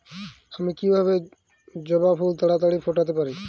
আমি কিভাবে জবা ফুল তাড়াতাড়ি ফোটাতে পারি?